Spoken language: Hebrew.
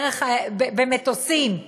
במטוסים.